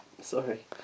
sorry